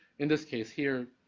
in this case here,